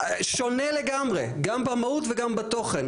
זה שונה לגמרי, גם במהות וגם בתוכן.